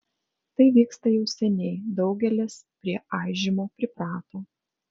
tai vyksta jau seniai daugelis prie aižymo priprato